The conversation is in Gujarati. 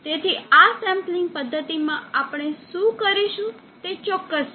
તેથી આ સેમ્પલિંગ પદ્ધતિમાં આપણે શું કરીશું તે ચોક્કસ છે